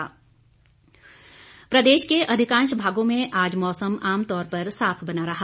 मौसम प्रदेश के अधिकांश भागों में आज मौसम आमतौर पर साफ बना रहा